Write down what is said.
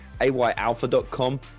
AYAlpha.com